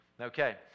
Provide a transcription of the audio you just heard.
Okay